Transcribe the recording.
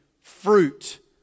fruit